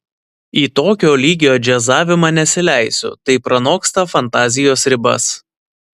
į tokio lygio džiazavimą nesileisiu tai pranoksta fantazijos ribas